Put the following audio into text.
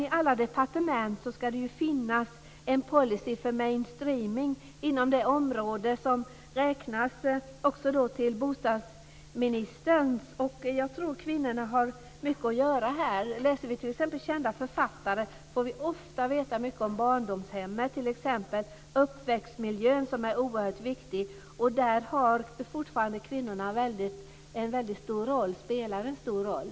I alla departement ska det ju finnas en policy för mainstreaming och även inom det område som räknas till bostadsministerns. Jag tror att kvinnorna har mycket att göra här. Läser vi t.ex. kända författare får vi ofta veta mycket om barndomshemmet. Det gäller uppväxtmiljön, som är oerhört viktig. Där spelar fortfarande kvinnorna en väldigt stor roll.